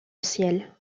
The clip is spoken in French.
ciel